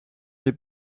les